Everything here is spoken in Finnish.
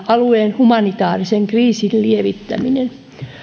alueen humanitaarisen kriisin lievittäminen